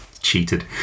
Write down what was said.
Cheated